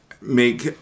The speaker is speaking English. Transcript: make